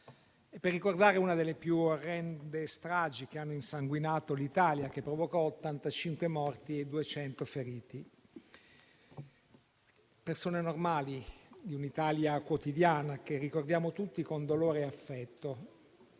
per ricordare una delle più orrende stragi che hanno insanguinato l'Italia e che provocò 85 morti e 200 feriti, persone normali di un'Italia quotidiana che ricordiamo tutti con dolore e affetto.